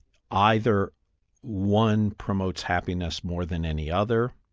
either one promotes happiness more than any other,